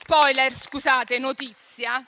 *Spoiler*, notizia: mi dispiace